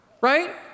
right